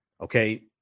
okay